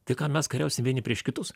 tai ką mes kariausim vieni prieš kitus